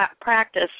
practice